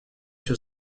sur